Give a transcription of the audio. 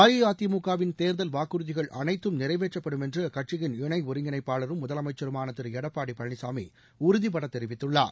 அஇஅதிமுக வின் தேர்தல் வாக்குறுதிகள் அனைத்தும் நிறைவேற்றப்படும் என்று அக்கட்சியின் இணை ஒருங்கிணைப்பாளரும் முதலமைச்சருமான திரு எடப்பாடி பழனிச்சாமி உறுதிபட தெரிவித்துள்ளார்